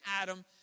Adam